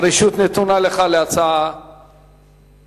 הרשות נתונה לך להצעה אחרת.